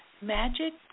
magic